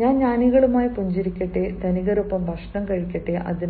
ഞാൻ ജ്ഞാനികളുമായി പുഞ്ചിരിക്കട്ടെ ധനികരോടൊപ്പം ഭക്ഷണം നൽകട്ടെ